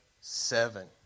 Seven